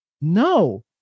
No